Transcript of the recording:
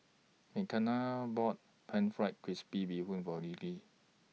Makena bought Pan Fried Crispy Bee Hoon For Lilly